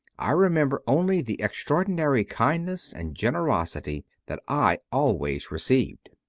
i remember only the extraordinary kindness and generosity that i always received.